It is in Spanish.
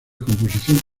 composición